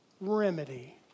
remedy